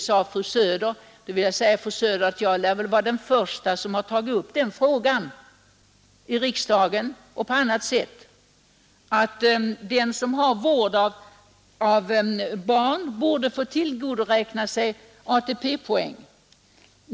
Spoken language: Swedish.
Jag vill säga fru Söder att jag lär vara den första som i riksdagen och på annat sätt tog upp frågan om att den som har vårdnaden om barn borde få tillgodoräkna sig ATP-poäng.